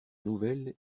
nouvelle